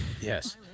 yes